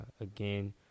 again